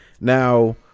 Now